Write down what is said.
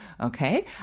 Okay